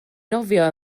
nofio